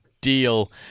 deal